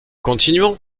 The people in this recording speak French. continuons